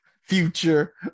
future